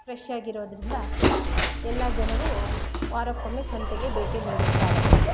fresh ಆಗಿರೋದ್ರಿಂದ ಎಲ್ಲ ಜನರು ವಾರಕ್ಕೊಮ್ಮೆ ಸಂತೆಗೆ ಭೇಟಿ ನೀಡುತ್ತಾರೆ